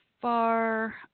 far